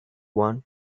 one